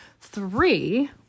three